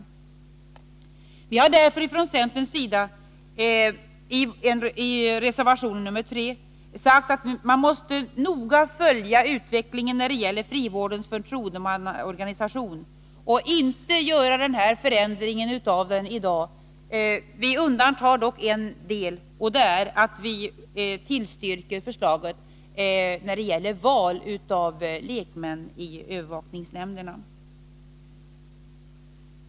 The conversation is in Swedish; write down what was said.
Vi har därför från centerns sida i reservation nr 3 sagt att man måste noga följa utvecklingen när det gäller frivårdens förtroendemannaorganisation och inte göra den föreslagna förändringen. Vi undantar dock en del, och det är att vi tillstyrker förslaget när det gäller val av lekmän i övervakningsnämnderna.